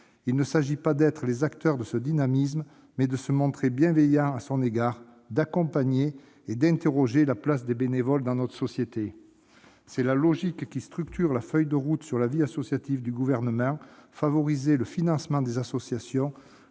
Il s'agit non d'être les acteurs de ce dynamisme, mais de se montrer bienveillants à son égard, d'accompagner la place des bénévoles dans notre société et de s'interroger à ce sujet. C'est la logique qui structure la feuille de route sur la vie associative du Gouvernement : favoriser le financement des associations,